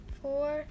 four